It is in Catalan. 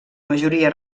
majoria